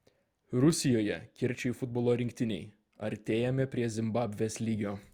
rusijoje kirčiai futbolo rinktinei artėjame prie zimbabvės lygio